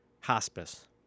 hospice